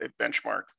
benchmark